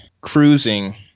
cruising